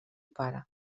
pare